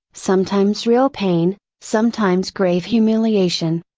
sometimes real pain, sometimes grave humiliation.